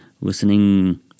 listening